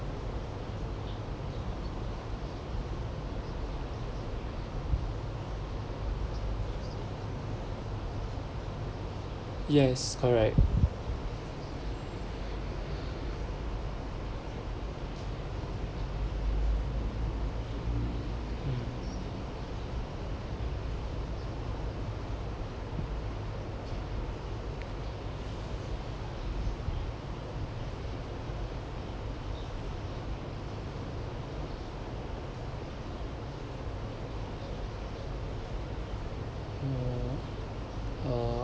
yes correct uh